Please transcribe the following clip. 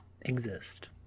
exist